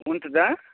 ఉంటుందా